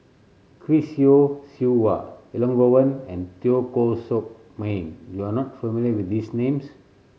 Chris Yeo Siew Hua Elangovan and Teo Koh Sock Miang you are not familiar with these names